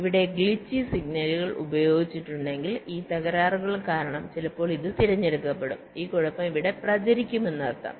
ഇവിടെ glitchy signal ഉപയോഗിച്ചിട്ടുണ്ടെങ്കിൽ ഈ തകരാറുകൾ കാരണം ചിലപ്പോൾ ഇത് തിരഞ്ഞെടുക്കപ്പെടും ഈ കുഴപ്പം ഇവിടെ പ്രചരിക്കുമെന്നർത്ഥം